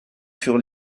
furent